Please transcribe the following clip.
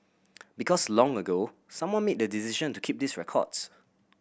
because long ago someone made the decision to keep these records